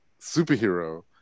superhero